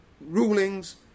rulings